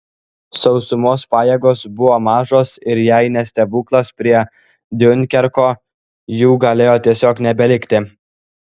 sausumos pajėgos buvo mažos ir jei ne stebuklas prie diunkerko jų galėjo tiesiog nebelikti